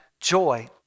joy